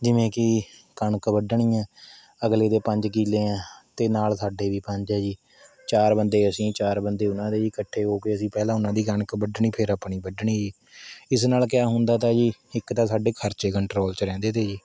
ਜਿਵੇਂ ਕਿ ਕਣਕ ਵੱਢਣੀ ਹੈ ਅਗਲੇ ਦੇ ਪੰਜ ਕਿੱਲੇ ਹੈ ਅਤੇ ਨਾਲ ਸਾਡੇ ਵੀ ਪੰਜ ਹੈ ਜੀ ਚਾਰ ਬੰਦੇ ਅਸੀਂ ਚਾਰ ਬੰਦੇ ਉਹਨਾਂ ਦੇ ਜੀ ਇੱਕਠੇ ਹੋ ਕੇ ਅਸੀਂ ਪਹਿਲਾਂ ਉਹਨਾਂ ਦੀ ਕਣਕ ਵੱਢਣੀ ਫਿਰ ਆਪਣੀ ਵੱਢਣੀ ਜੀ ਇਸ ਨਾਲ ਕਿਆ ਹੁੰਦਾ ਤਾ ਜੀ ਇੱਕ ਤਾਂ ਸਾਡੇ ਖਰਚੇ ਕੰਟਰੋਲ ਵਿੱਚ ਰਹਿੰਦੇ ਤੇ ਜੀ